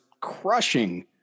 crushing